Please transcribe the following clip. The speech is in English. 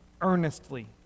earnestly